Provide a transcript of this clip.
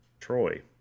Troy